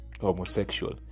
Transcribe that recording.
homosexual